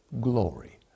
glory